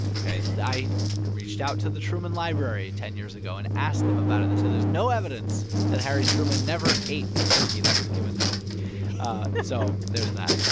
ok? i reached out to the truman library ten years ago and asked them about it, and they said, there's no evidence that harry truman never ate a turkey that was given to him so there's that.